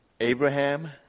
Abraham